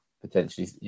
potentially